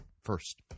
first